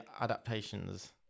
adaptations